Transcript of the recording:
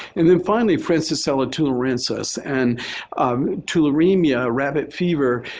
and then finally, francisella tularensis. and tularemia, rabbit fever,